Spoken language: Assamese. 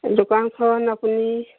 দোকানখন আপুনি